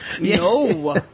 No